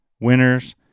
winners